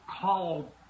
called